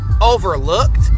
overlooked